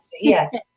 yes